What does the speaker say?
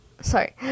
sorry